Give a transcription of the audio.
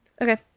okay